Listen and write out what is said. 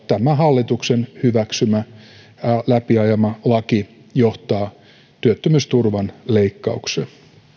tämä hallituksen hyväksymä läpi ajama laki johtaa työttömyysturvan leikkaukseen